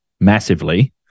massively